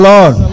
Lord